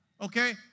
Okay